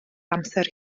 amser